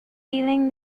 dealing